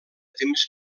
temps